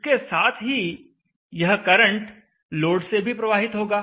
इसके साथ ही यह करंट लोड से भी प्रवाहित होगा